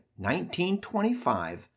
1925